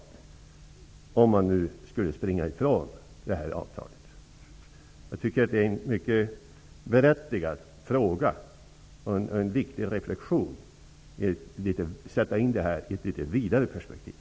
Vilka konsekvenser får det om man nu skulle springa ifrån det här avtalet? -- Jag tycker att det är berättigat och viktigt att se den saken i ett vidare perspektiv.